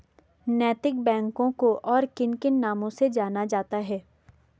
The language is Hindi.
नैतिक बैंकों को और किन किन नामों से जाना जाता है?